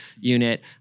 unit